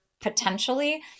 potentially